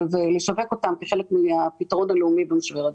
ולשווק אותן כחלק מהפתרון הלאומי במשבר הדיור.